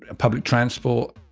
ah public transport